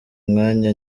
umwanya